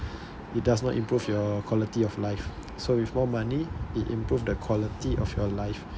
it does not improve your quality of life so with more money it improve the quality of your life